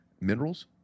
minerals